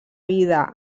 vida